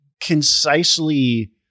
concisely